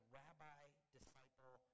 rabbi-disciple